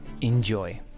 Enjoy